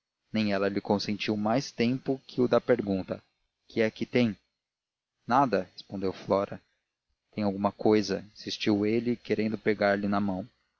nem ela lhe consentiu mais tempo que o da pergunta que é que tem nada respondeu flora tem alguma cousa insistiu ele querendo pegar-lhe na mão